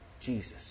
Jesus